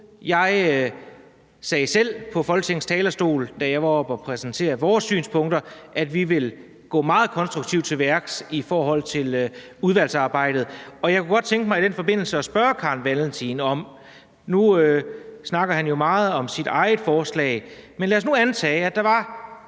Jeg sagde selv på Folketingets talerstol, da jeg var oppe og præsentere vores synspunkter, at vi vil gå meget konstruktivt til værks i udvalgsarbejdet. Jeg kunne godt tænke mig i den forbindelse at spørge hr. Carl Valentin om noget. Nu snakker han jo meget om sit eget forslag, men lad os nu antage, at hele